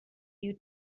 you